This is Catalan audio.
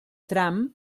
tram